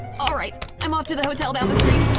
alright, i'm off to the hotel down the street.